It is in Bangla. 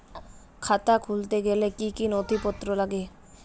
খাতা খুলতে গেলে কি কি নথিপত্র লাগে?